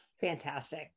Fantastic